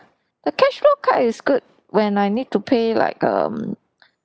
the cashflo card is good when I need to pay like um